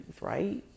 right